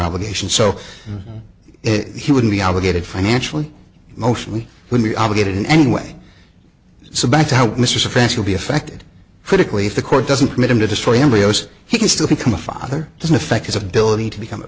obligation so he would be obligated financially emotionally would be obligated in any way so back to how mrs offense will be affected critically if the court doesn't permit him to destroy embryos he can still become a father doesn't affect his ability to become a